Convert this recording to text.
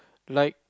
like